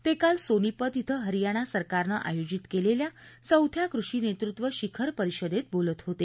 ते काल सोनीपत क्षे हरियाणा सरकारनं आयोजित केलेल्या चौथ्या कृषी नेतृत्व शिखर परिषदेत बोलत होते